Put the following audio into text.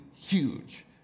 huge